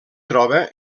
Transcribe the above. troba